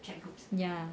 ya